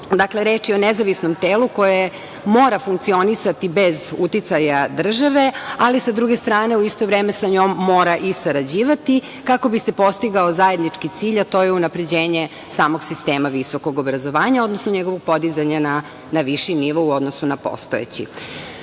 drugom. Dakle, reč je o nezavisnom telu koje mora funkcionisati bez uticaja država, ali, sa druge strane, u isto vreme sa njom mora i sarađivati kako bi se postigao zajednički cilj, a to je unapređenje samog sistema visokog obrazovanja, odnosno njegovog podizanja na viši nivo u odnosu na postojeći. Nacionalno